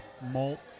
malt